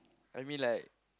I mean like